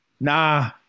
nah